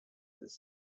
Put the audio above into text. this